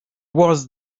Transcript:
was